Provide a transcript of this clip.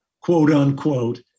quote-unquote